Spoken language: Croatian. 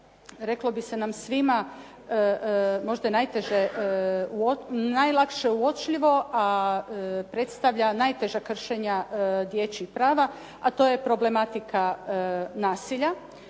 reklo bi se svima, možda najlakše uočljivo a predstavlja najteža kršenja dječjih prava, a to je problematika nasilja.